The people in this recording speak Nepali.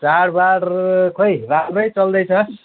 चाडबाड खै राम्रै चल्दैछ